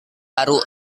baru